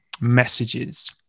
messages